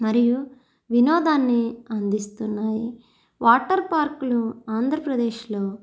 మరియు వినోదాన్ని అందిస్తున్నాయి వాటర్ పార్కులు ఆంధ్రప్రదేశ్లో